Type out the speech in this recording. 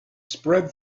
spread